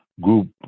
group